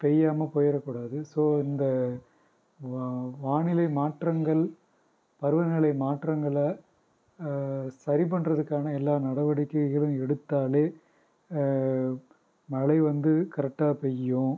பெய்யாமல் போயிறக்கூடாது ஸோ இந்த வா வானிலை மாற்றங்கள் பருவநிலை மாற்றங்கள சரி பண்ணுறதுக்கான எல்லா நடவடிக்கைகளும் எடுத்தாலே மழை வந்து கரெக்டாக பெய்யும்